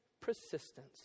persistence